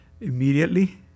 immediately